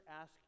ask